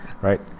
right